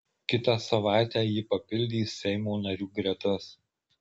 kitą savaitę ji papildys seimo narių gretas